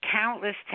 Countless